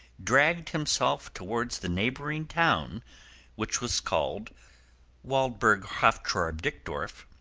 dragged himself towards the neighbouring town which was called waldberghofftrarbk-dikdorff,